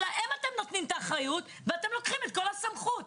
אבל להם אתם נותנים את האחריות ואתם לוקחים את כל הסמכות.